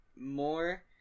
more